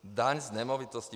Daň z nemovitosti.